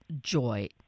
joy